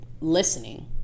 listening